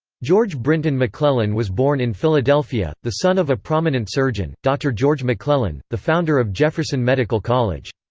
george brinton mcclellan was born in philadelphia, the son of a prominent surgeon, dr. george mcclellan, the founder of jefferson medical college.